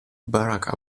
barack